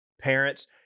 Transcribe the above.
Parents